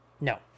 No